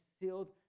sealed